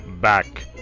Back